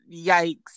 yikes